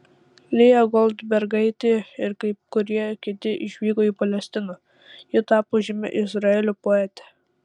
lėja goldbergaitė ir kai kurie kiti išvyko į palestiną ji tapo žymia izraelio poete